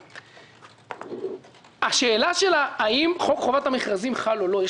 לשאלה האם חוק חובת המכרזים חל או לא יש